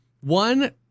One